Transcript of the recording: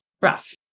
rough